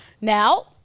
Now